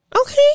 Okay